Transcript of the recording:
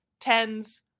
tens